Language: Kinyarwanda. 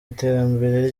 iterambere